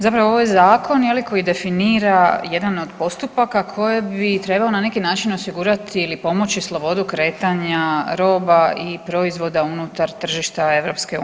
Zapravo ovo je zakon je li koji definira jedan od postupaka koji bi trebao na neki način osigurati ili pomoći slobodu kretanja roba i proizvoda unutar tržišta EU.